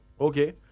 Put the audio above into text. Okay